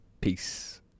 Peace